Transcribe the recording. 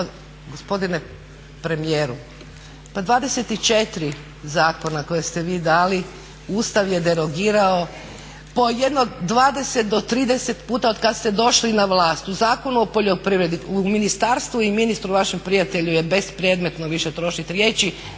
gospodine premijeru, pa 24 zakona koja ste vi dali Ustav je derogirao po jedno 20 do 30 puta otkad ste došli na vlast. U Zakonu o poljoprivredi o ministarstvu i ministru vašem prijatelju je bespredmetno više trošit riječi,